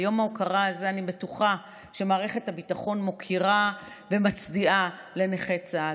ביום ההוקרה הזה אני בטוחה שמערכת הביטחון מוקירה ומצדיעה לנכי צה"ל.